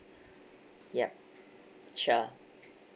yup sure